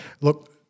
look